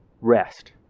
rest